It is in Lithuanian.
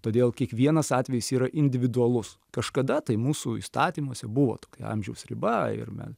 todėl kiekvienas atvejis yra individualus kažkada tai mūsų įstatymuose buvo tokia amžiaus riba ir men